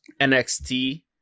NXT